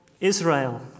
Israel